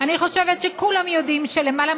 אני חושבת שכולם יודעים שלמעלה